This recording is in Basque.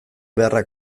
beharrak